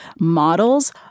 models